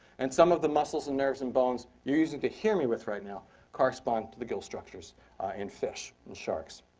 and some of the muscles, and nerves, and bones you're using to hear me with right now correspond to the gill structures in fish and sharks.